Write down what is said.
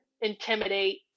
intimidate